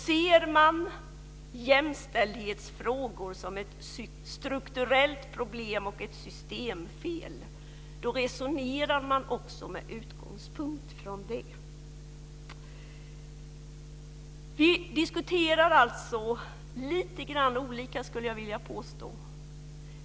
Ser man jämställdhetsfrågor som ett strukturellt problem och ett systemfel resonerar man också med utgångspunkt från det. Vi diskuterar alltså lite olika, skulle jag vilja påstå.